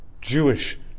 Jewish